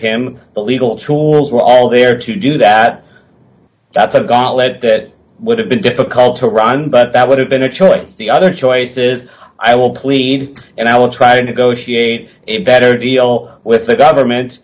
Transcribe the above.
but legal tools were all there to do that that's a got led that would have been difficult to run but that would have been a choice the other choice is i will plead and i will try to negotiate a better deal with the government